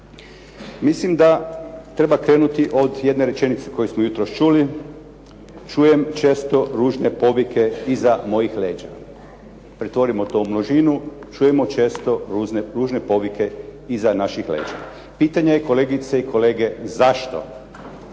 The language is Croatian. Mislim da treba krenuti od jedne rečenice koju smo jutros čuli, čujem često ružne povike iza mojih leđa. Pretvorimo to u množinu, čujemo često ružne povike iza naših leđa. Pitanje je, kolegice i kolege, zašto.